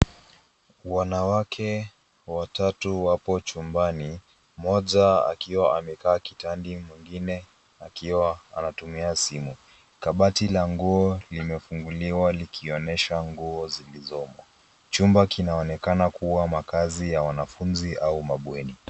Wanawake watatu wapo chumbani. Mmoja akiwa amekaa kitandi na mwingine akiwa anatumia simu. Kabati la nguo limefunguliwa likionyesha nguo zilizomo. Chumba kinaonekana kuwa makazi ya wanafunzi au mabweni.